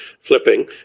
flipping